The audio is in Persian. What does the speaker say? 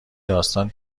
داستان